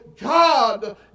god